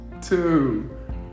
two